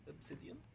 Obsidian